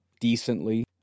decently